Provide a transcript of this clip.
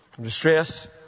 distress